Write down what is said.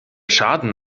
schaden